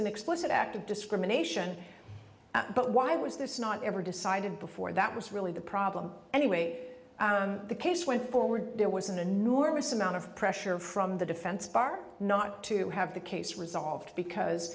an explicit act of discrimination but why was this not ever decided before that was really the problem anyway the case went forward there was an enormous amount of pressure from the defense bar not to have the case resolved because